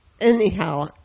Anyhow